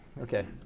okay